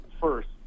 first